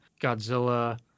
godzilla